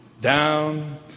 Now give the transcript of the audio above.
Down